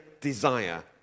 desire